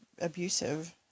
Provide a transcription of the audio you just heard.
abusive